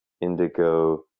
indigo